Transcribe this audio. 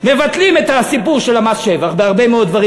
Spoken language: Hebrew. מבטלים את הסיפור של מס השבח והרבה מאוד דברים.